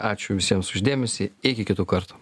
ačiū visiems už dėmesį iki kitų kartų